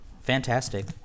fantastic